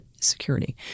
security